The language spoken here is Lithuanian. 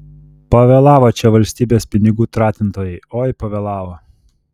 pavėlavo čia valstybės pinigų tratintojai oi pavėlavo